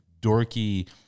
dorky